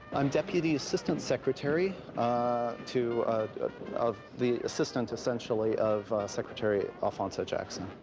i'm deputy assistant secretary too of the assistant, essentially, of secretary alphonso jackson.